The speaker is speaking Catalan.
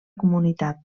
comunitat